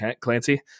Clancy